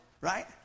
right